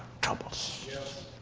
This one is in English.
troubles